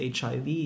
HIV